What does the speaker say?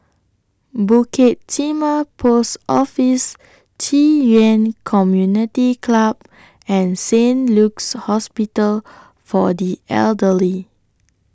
Bukit Timah Post Office Ci Yuan Community Club and Saint Luke's Hospital For The Elderly